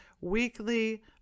weekly